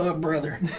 brother